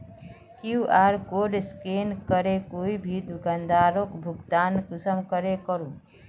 QR code scan करे कोई भी दुकानदारोक भुगतान कुंसम करे करूम?